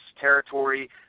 territory